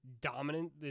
dominant